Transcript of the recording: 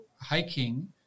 hiking